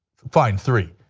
fine, three.